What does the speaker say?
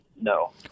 no